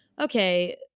okay